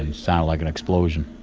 it sounded like an explosion.